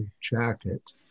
jacket